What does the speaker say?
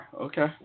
Okay